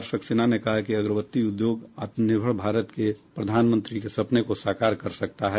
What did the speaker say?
श्री सक्सेना ने कहा कि अगरबत्ती उद्योग आत्मनिर्भर भारत के प्रधानमंत्री के सपने को साकार कर सकता है